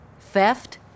Theft